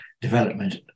development